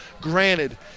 Granted